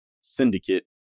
syndicate